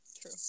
True